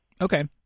Okay